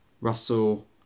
Russell